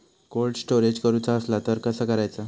Cold storage करूचा असला तर कसा करायचा?